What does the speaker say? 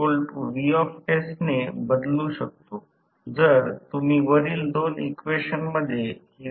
जी स्थिर स्थिती आहे जेव्हा रोटर स्थिर असते ती म्हणजे स्थिर स्थिती सुरुवातीस टॉर्क शी TSI संबंधित आहे